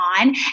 on